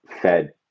fed